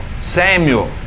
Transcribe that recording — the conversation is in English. Samuel